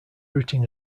routing